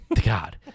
God